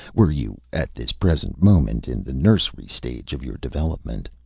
were you at this present moment in the nursery stage of your development.